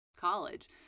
college